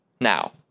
now